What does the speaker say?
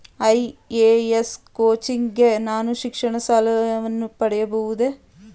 IAS coaching ಗೆ ನಾನು ಶಿಕ್ಷಣ ಸಾಲವನ್ನು ಪಡೆಯಬಹುದೇ?